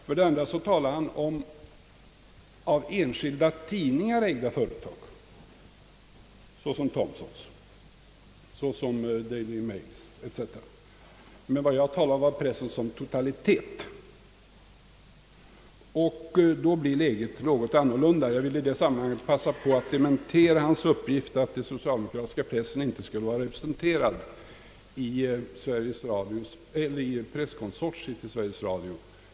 För det andra talade han om »av enskilda tidningar ägda företag» som Thomsons, Daily Mails etc, Det jag talade om var pressen som totalitet, ock då blir läget något annorlunda. Jag vill i detta sammanhang passa på att dementera herr Palmes uppgift om att den socialdemokratiska pressen inte skulle vara representerad i presskonsortiet inom Sveriges Radio.